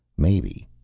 maybe.